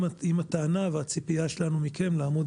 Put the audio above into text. עם הטענה והציפייה שלנו מכם לעמוד